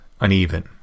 uneven